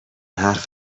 حرف